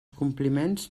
compliments